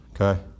okay